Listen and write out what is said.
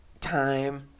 time